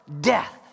death